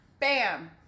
Bam